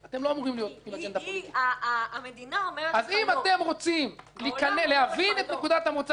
אם אתם רוצים להבין את נקודת המוצא שלו